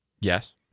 Yes